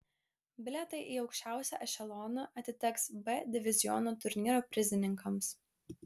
bilietai į aukščiausią ešeloną atiteks b diviziono turnyro prizininkams